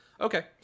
Okay